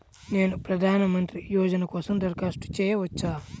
నేను ప్రధాన మంత్రి యోజన కోసం దరఖాస్తు చేయవచ్చా?